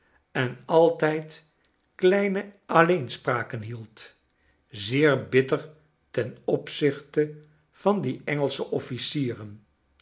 en altijd kleine alleenspraken hield zeer bitter ten opzichte van die engelsche officieren